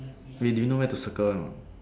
wait do you know where to circle or not